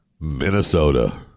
Minnesota